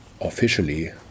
officially